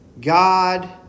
God